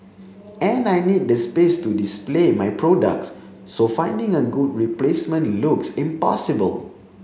and I need the space to display my products so finding a good replacement looks impossible